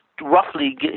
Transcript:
roughly